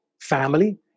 family